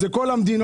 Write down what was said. זה כל המדינות,